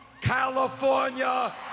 California